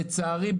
לצערי,